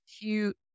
cute